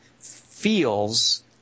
feels –